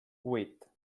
vuit